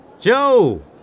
Joe